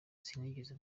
sinigeze